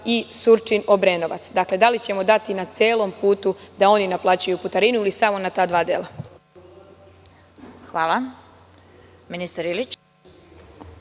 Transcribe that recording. i Surčin-Obrenovac? Dakle, da li ćemo dati na celom putu da oni naplaćuju putarinu ili samo na ta dva dela?